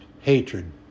hatred